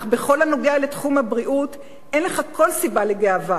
אך בכל הנוגע לתחום הבריאות אין לך כל סיבה לגאווה.